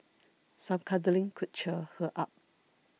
some cuddling could cheer her up